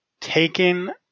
taken